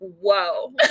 whoa